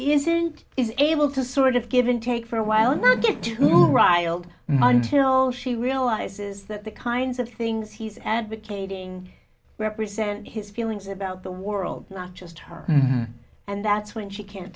incident is able to sort of give and take for a while and not get to riled until she realizes that the kinds of things he's advocating represent his feelings about the world not just her and that's when she can't